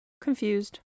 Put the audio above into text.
confused